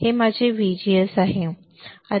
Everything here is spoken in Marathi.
हे माझे व्हीजीएस आहे आता हे खूप सोपे आहे